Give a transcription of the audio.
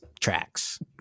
tracks